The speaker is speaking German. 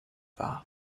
war